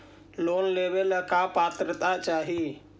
Loan लेवेला का पात्रता चाही?